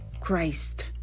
Christ